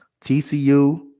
TCU